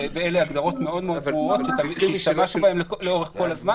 ואלה הגדרות מאוד מאוד ברורות שתמיד השתמשנו בהן לאורך כל הזמן,